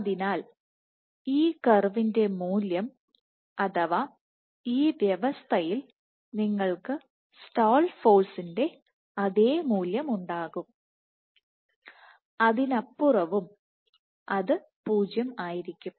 അതിനാൽ ഈ കർവിൻറെ മൂല്യം അഥവാ ഈ വ്യവസ്ഥയിൽ നിങ്ങൾക്ക് സ്റ്റാൾ ഫോഴ്സിന്റെ അതേ മൂല്യമുണ്ടാകും അതിനപ്പുറവും അത് 0 ആയിരിക്കും